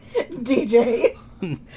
DJ